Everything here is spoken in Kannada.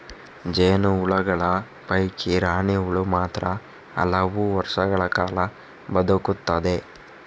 ಜೇನು ನೊಣಗಳ ಪೈಕಿ ರಾಣಿ ಹುಳು ಮಾತ್ರ ಹಲವು ವರ್ಷಗಳ ಕಾಲ ಬದುಕುತ್ತದೆ